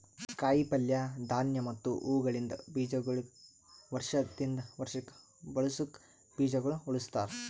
ಕಾಯಿ ಪಲ್ಯ, ಧಾನ್ಯ ಮತ್ತ ಹೂವುಗೊಳಿಂದ್ ಬೀಜಗೊಳಿಗ್ ವರ್ಷ ದಿಂದ್ ವರ್ಷಕ್ ಬಳಸುಕ್ ಬೀಜಗೊಳ್ ಉಳುಸ್ತಾರ್